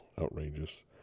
Outrageous